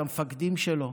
את המפקדים שלו.